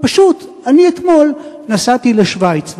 פשוט, אני אתמול נסעתי לשווייץ.